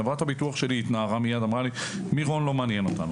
חברת הביטוח שלי התנערה מיד ואמרה לי: מירון לא מעניין אותנו.